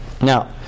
Now